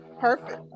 perfect